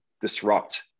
disrupt